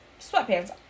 sweatpants